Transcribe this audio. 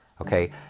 Okay